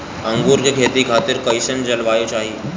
अंगूर के खेती खातिर कइसन जलवायु चाही?